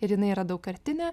ir jinai yra daugkartinė